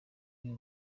bari